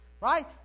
right